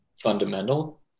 fundamental